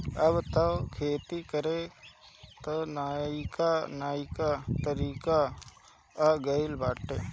अब तअ खेती करे कअ नईका नईका तरीका आ गइल बाटे